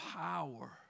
power